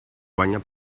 guanya